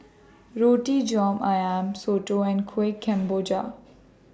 Roti John Ayam Soto and Kueh Kemboja